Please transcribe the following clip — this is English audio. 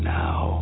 now